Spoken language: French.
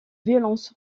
violence